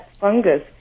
fungus